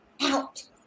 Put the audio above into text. out